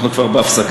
אנחנו כבר בהפסקה,